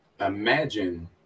imagine